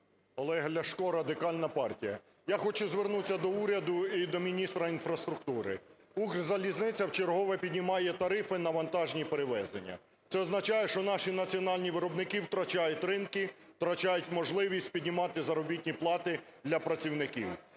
Олег Ляшко, Радикальна партія. Я хочу звернутися до уряду і до міністра інфраструктури. "Укрзалізниця" вчергове піднімає тарифи на вантажні перевезення. Це означає, що наші національні виробники втрачають ринки, втрачають можливість піднімати заробітні плати для працівників.